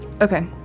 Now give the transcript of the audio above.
okay